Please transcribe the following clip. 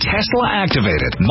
Tesla-activated